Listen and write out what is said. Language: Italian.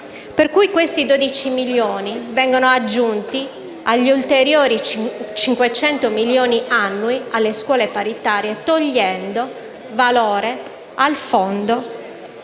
di sostegno. I 12 milioni vengono, quindi, aggiunti agli ulteriori 500 milioni annui alle scuole paritarie, togliendo valore al fondo